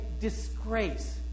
disgrace